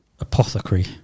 apothecary